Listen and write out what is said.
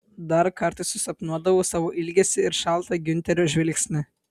dar kartais susapnuodavau savo ilgesį ir šaltą giunterio žvilgsnį